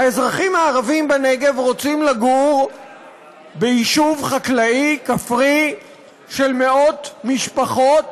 האזרחים הערבים בנגב רוצים לגור ביישוב חקלאי כפרי של מאות משפחות,